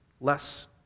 less